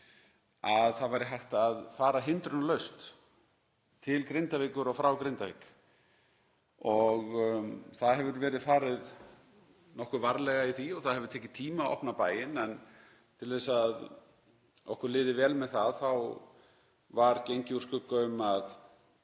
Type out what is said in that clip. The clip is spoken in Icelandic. að hægt væri að fara hindrunarlaust til Grindavíkur og frá. Það hefur verið farið nokkuð varlega í því og það hefur tekið tíma að opna bæinn. En til að okkur liði vel með það var gengið úr skugga um að